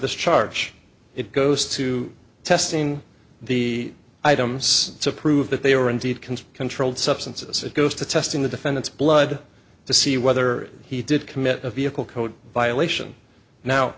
this charge it goes to testing the items to prove that they are indeed controlled substances it goes to testing the defendant's blood to see whether he did commit a vehicle code violation now